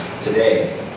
today